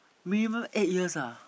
minimum eight years ah